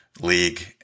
league